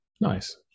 Nice